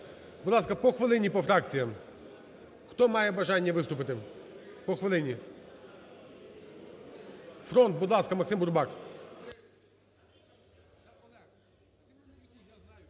Будь ласка, по хвилині по фракціям. Хто має бажання виступити? По хвилині. "Фронт", будь ласка, Максим Бурбак.